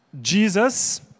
Jesus